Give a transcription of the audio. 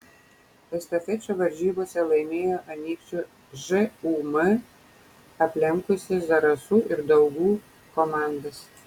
estafečių varžybose laimėjo anykščių žūm aplenkusi zarasų ir daugų komandas